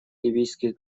ливийских